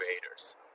creators